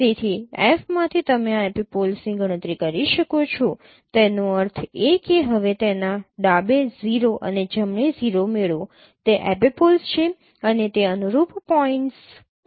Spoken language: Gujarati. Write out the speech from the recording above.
તેથી F માંથી તમે આ એપિપોલ્સની ગણતરી કરી શકો છો તેનો અર્થ એ કે તમે તેના ડાબે 0 અને જમણે 0 મેળવો તે એપિપોલ્સ છે અને તે અનુરૂપ પોઇન્ટ્સ પણ છે